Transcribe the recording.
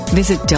visit